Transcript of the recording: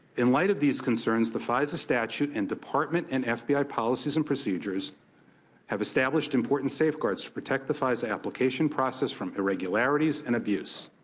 in light of these concerns, the fisa statute and department and f b i. policies and procedures have established important safeguards to protect the fisa application process from irregularities and abuse.